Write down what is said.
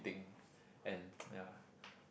thing and ya